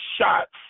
shots